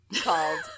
called